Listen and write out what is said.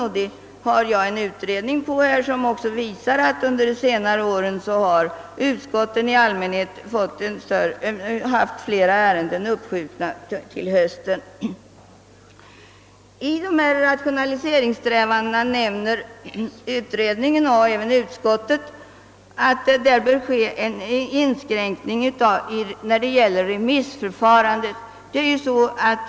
Jag har en utredning till hands, vilken visar att utskotten under senare år i allmänhet uppskjutit flera ärenden än tidigare till hösten. I samband med dessa rationaliseringssträvanden framhåller utredningen och även utskottet att det bör ske en inskränkning i remissförfarandet.